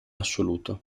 assoluto